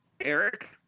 Eric